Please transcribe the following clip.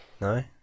No